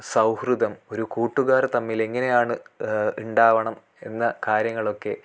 സൗഹൃദം ഒരു കൂട്ടുകാർ തമ്മിലെങ്ങനെയാണ് ഉണ്ടാകണം എന്ന കാര്യങ്ങളൊക്കെ